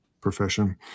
profession